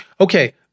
Okay